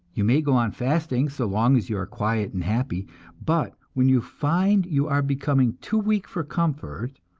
you may go on fasting so long as you are quiet and happy but when you find you are becoming too weak for comfort,